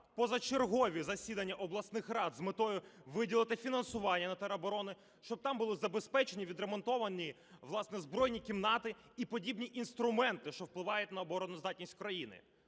позачергові засідання обласних рад з метою виділити фінансування на тероборону, щоб там були забезпечені, відремонтовані, власне, збройні кімнати і подібні інструменти, що впливають на обороноздатність країни.